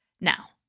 Now